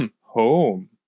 home